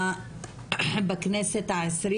בכנסת ה-20,